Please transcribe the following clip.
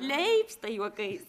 leipsta juokais